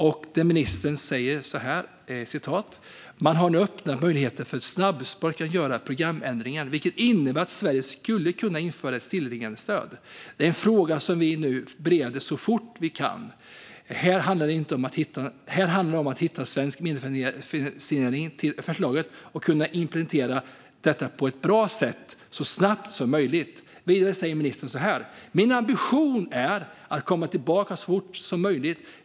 Där sa ministern så här: "Man har nu öppnat möjligheter för ett snabbspår att göra programändringar, vilket innebär att Sverige skulle kunna införa ett stillaliggandestöd. Det är en fråga som vi nu bereder så fort vi kan. Här handlar det om att hitta svensk medfinansiering till förslaget och att kunna implementera det på ett bra sätt så snabbt som möjligt." Vidare sa ministern: "Min ambition är att komma tillbaka så fort som möjligt.